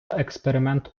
експеримент